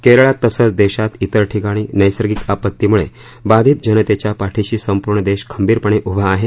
केरळात तसंच देशात त्रिर ठिकाणी नैर्सगिक आपत्तीमुळे बाधित जनतेच्या पाठीशी संपूर्ण देश खंबीरपणे उभा आहे